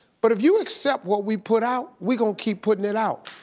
but if you accept what we put out, we gon' keep puttin' it out.